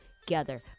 together